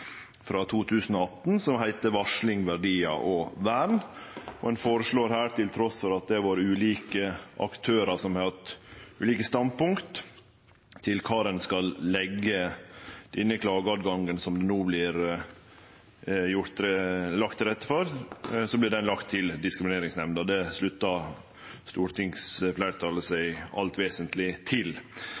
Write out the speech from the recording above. frå 2018, som heiter Varsling – verdier og vern. Ein føreslår her, trass i at det har vore ulike aktørar som har hatt ulike standpunkt til kvar ein skal leggje den klageretten som det no vert lagt til rette for, at den vert lagd til diskrimineringsnemnda. Det sluttar stortingsfleirtalet seg i det alt vesentlege til.